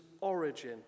origin